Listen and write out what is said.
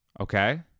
okay